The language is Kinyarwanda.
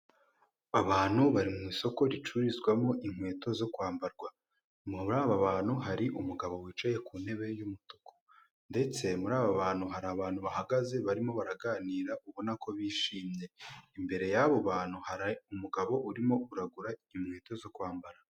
Abantu bari mu isoko ricururizwamo inkweto zo kwambarwa muri aba bantu hari umugabo wicaye ku ntebe y'umutuku ndetse muri aba bantu hari abantu bahagaze barimo baraganira ubona ko bishimye imbere yabo bantu umugabo urimo kuragura inkweto zo kwambara.